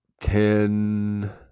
ten